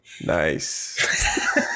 nice